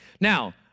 Now